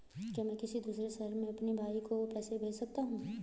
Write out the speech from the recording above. क्या मैं किसी दूसरे शहर में अपने भाई को पैसे भेज सकता हूँ?